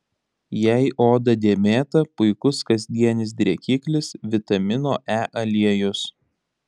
jei oda dėmėta puikus kasdienis drėkiklis vitamino e aliejus